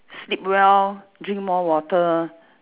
sleep well drink more water